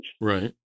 Right